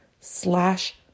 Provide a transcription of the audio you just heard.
slash